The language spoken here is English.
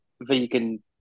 vegan